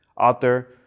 author